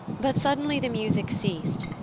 but suddenly the music ceased,